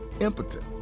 impotent